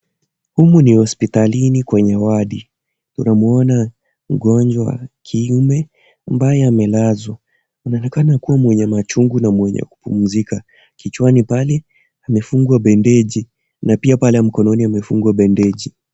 Humu ni hospitalini kwenye wadi. Tunamuona mgonjwa wa kiume, ambaye amelazwa. Anaonekana kuwa mwenye machungu na mwenye kupumzika. Kichwani pale, amefungwa bendeji, na pia pale mkononi amefungwa bendeji.